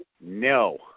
no